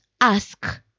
Ask